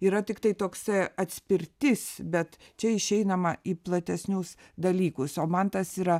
yra tiktai toksai atspirtis bet čia išeinama į platesnius dalykus o man tas yra